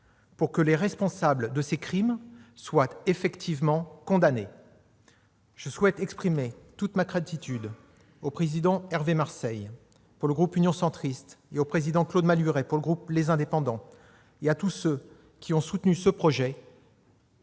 pour que les responsables de ces crimes soient effectivement condamnés. Je souhaite exprimer toute ma gratitude au président Hervé Marseille pour le groupe Union Centriste, au président Claude Malhuret pour le groupe Les Indépendants, ainsi qu'à tous ceux qui ont soutenu ce projet